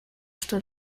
что